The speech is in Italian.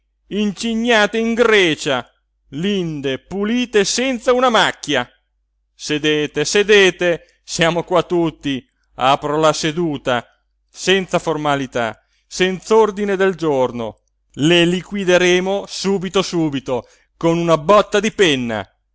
incignate in grecia linde pulite e senza una macchia sedete sedete siamo qua tutti apro la seduta senza formalità senz'ordine del giorno le liquideremo subito subito con una botta di penna